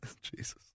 Jesus